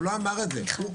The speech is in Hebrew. הוא לא אמר את זה.